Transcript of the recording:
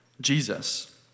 Jesus